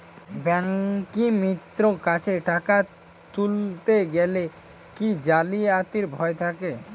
ব্যাঙ্কিমিত্র কাছে টাকা তুলতে গেলে কি জালিয়াতির ভয় থাকে?